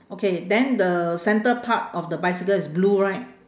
okay then the centre part of the bicycle is blue right